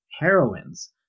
heroines